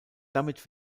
damit